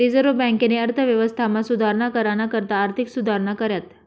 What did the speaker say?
reserve बँकेनी अर्थव्यवस्थामा सुधारणा कराना करता आर्थिक सुधारणा कऱ्यात